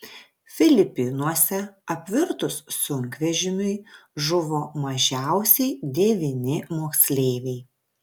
filipinuose apvirtus sunkvežimiui žuvo mažiausiai devyni moksleiviai